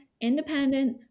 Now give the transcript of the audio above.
independent